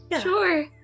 Sure